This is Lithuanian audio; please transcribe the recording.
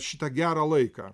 šitą gerą laiką